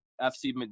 fc